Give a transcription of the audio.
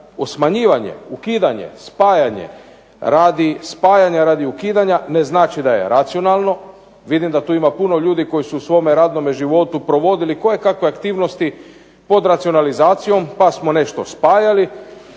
smanjivanje, ukidanje, spajanje radi spajanja radi ukidanja ne znači da je racionalno, vidim da tu ima puno ljudi koji su u svome radnome životu provodili kojekakve aktivnosti pod racionalizacijom, pa smo nešto spajali,